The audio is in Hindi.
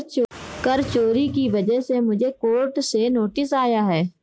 कर चोरी की वजह से मुझे कोर्ट से नोटिस आया है